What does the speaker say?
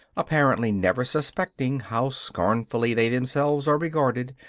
apparently never suspecting how scornfully they themselves are regarded,